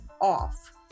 off